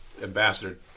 Ambassador